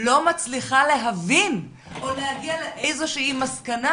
לא מצליחה להבין או להגיע לאיזושהי מסקנה.